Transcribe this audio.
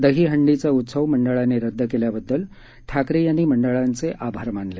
दहीहंडीचा उत्सव मंडळांनी रदद केल्याबददल ठाकरे यांनी मंडळांचे आभार मानले